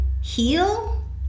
heal